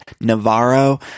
Navarro